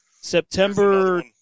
September